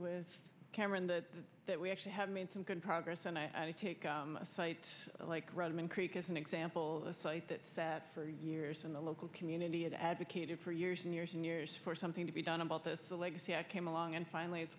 with cameron that that we actually have made some good progress and i take sites like rudman creek as an example a site that sat for years in the local community and advocated for years and years and years for something to be done about the legacy i came along and finally it's